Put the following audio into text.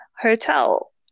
Hotel